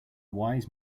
wise